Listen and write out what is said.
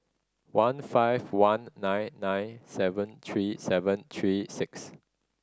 one five one nine nine seven three seven three six